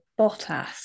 Bottas